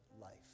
life